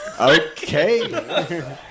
Okay